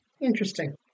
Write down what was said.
interesting